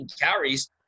carries